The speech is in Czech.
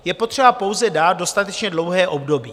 Je potřeba pouze dát dostatečně dlouhé období.